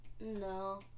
no